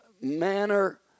manner